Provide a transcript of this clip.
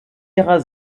ihrer